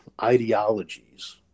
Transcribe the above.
ideologies